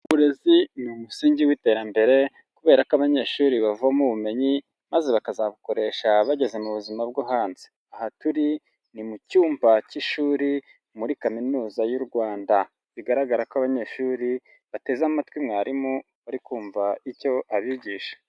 Uburezi ni umusingi w'iterambere, kubera ko abanyeshuri bavoma ubumenyi, maze bakazabukoresha bageze mu buzima bwo hanze. Aha turi ni mu cyumba cy'ishuri, muri Kaminuza y'u Rwanda. Bigaragara ko abanyeshuri, bateze amatwi mwarimu, bari kumva icyo abigisha.